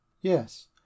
Yes